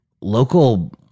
local